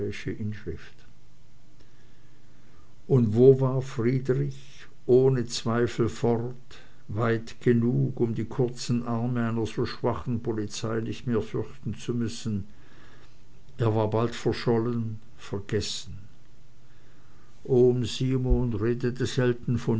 eingehauen und wo war friedrich ohne zweifel fort weit genug um die kurzen arme einer so schwachen polizei nicht mehr fürchten zu dürfen er war bald verschollen vergessen ohm simon redete